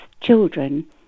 children